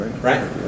Right